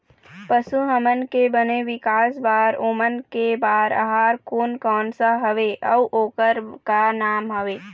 पशु हमन के बने विकास बार ओमन के बार आहार कोन कौन सा हवे अऊ ओकर का नाम हवे?